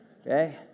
Okay